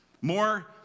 more